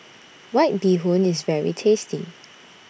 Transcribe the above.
White Bee Hoon IS very tasty